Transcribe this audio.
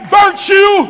virtue